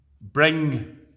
bring